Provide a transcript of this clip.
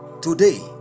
Today